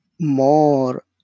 more